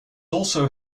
also